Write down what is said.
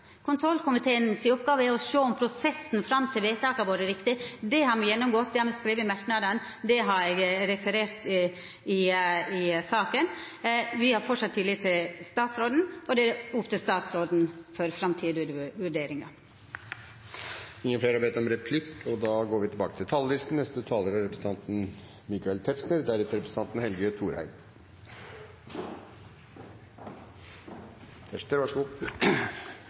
kontrollkomiteen si oppgåve. Kontrollkomiteen si oppgåve er å sjå om prosessen fram til vedtaket har vore riktig. Det har me gjennomgått, det har me skrive i merknadene, det har eg referert i saka. Me har fortsatt tillit til statsråden, og det er opp til statsråden for framtidige vurderingar. Replikkordskiftet er omme. Vanligvis takker vi saksordføreren for fremstillingen av saken. I dag tror jeg at jeg skal begrense meg til å takke for det betydelige engasjement han har vist både i salen og